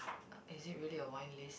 is it really a wine list